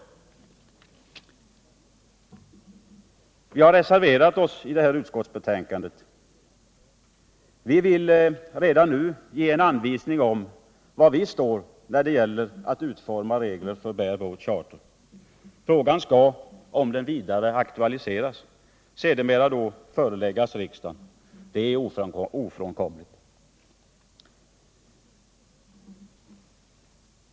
Därför har vi reserverat oss mot utskottsbetänkandet, och vi vill redan nu ge en anvisning om var vi står när det gäller att utforma regler för bare-boat charter. Frågan skall sedermera — om den vidare akutaliseras — föreläggas riksdagen. Det är ofrånkomligt.